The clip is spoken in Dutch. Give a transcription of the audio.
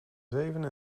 zeven